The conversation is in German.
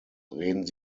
reden